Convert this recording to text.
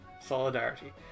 Solidarity